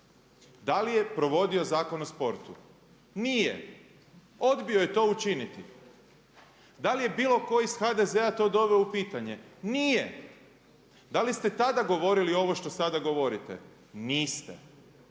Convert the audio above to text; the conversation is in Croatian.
Da li je provodio Zakon o sportu? Nije, odbio je to učiniti. Da li je bilo tko iz HDZ-a to doveo u pitanje? Nije. Da li ste tada govorili ovo što sada govorite? Niste.